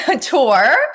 tour